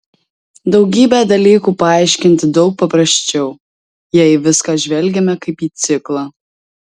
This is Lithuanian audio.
daugybę dalykų paaiškinti daug paprasčiau jei į viską žvelgiame kaip į ciklą